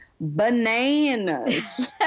bananas